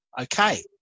okay